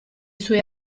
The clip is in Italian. suoi